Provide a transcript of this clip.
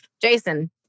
Jason